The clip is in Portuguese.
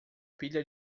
pilha